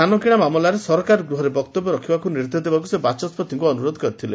ଧାନ କିଶା ମାମଲାରେ ସରକାର ଗୃହରେ ବକ୍ତବ୍ୟ ଦେବାକୁ ନିର୍ଦେଶ ଦେବାକୁ ସେ ବାଚସ୍ବତିଙ୍କୁ ଅନୁରୋଧ କରିଥିଲେ